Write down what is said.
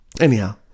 anyhow